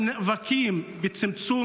הם נאבקים לצמצום